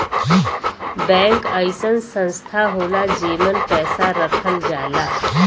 bank अइसन संस्था होला जेमन पैसा रखल जाला